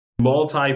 multi